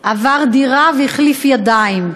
עבר דירה והחליף ידיים.